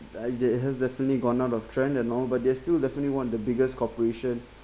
I get it has definitely gone out of trend and all but they're still definitely one of the biggest corporation